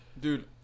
Dude